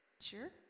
sure